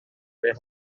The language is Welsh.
roi